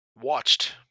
watched